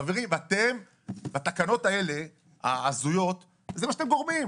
חברים, בתקנות ההזויות האלה - זה מה שאתם גורמים.